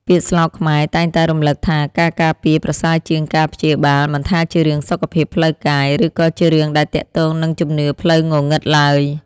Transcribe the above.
ពាក្យស្លោកខ្មែរតែងតែរំលឹកថាការការពារប្រសើរជាងការព្យាបាលមិនថាជារឿងសុខភាពផ្លូវកាយ ឬក៏ជារឿងដែលទាក់ទងនឹងជំនឿផ្លូវងងឹតឡើយ។